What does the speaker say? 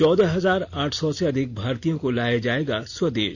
चौदह हजार आठ सौ से अधिक भारतीयों को लाया जायेगा स्वदेश